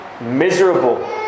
miserable